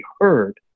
heard